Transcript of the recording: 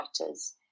writers